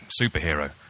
superhero